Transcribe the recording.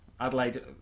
Adelaide